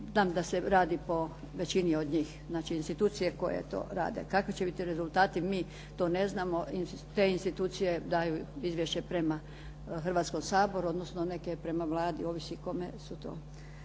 znam da se radi po većini od njih. znači institucije koje to rade. Kakvi će biti rezultati mi to ne znamo. Te institucije daju izvješće prema Hrvatskom saboru, odnosno neke prema Vladi ovisi kome su to.